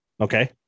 okay